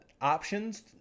options